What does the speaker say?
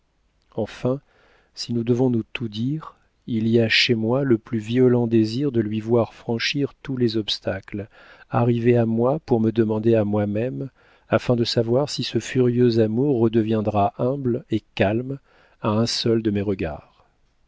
enfin si nous devons nous tout dire il y a chez moi le plus violent désir de lui voir franchir tous les obstacles arriver à moi pour me demander à moi-même afin de savoir si ce furieux amour redeviendra humble et calme à un seul de mes regards